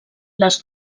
les